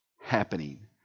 happening